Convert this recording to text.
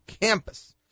campus